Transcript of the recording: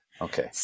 Okay